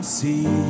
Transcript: see